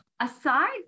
aside